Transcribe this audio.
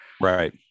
Right